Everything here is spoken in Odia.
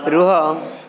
ରୁହ